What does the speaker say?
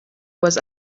was